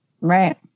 Right